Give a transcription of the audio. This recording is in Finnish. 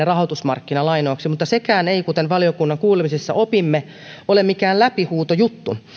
rahoitusmarkkinalainoiksi mutta sekään ei kuten valiokunnan kuulemisissa opimme ole mikään läpihuutojuttu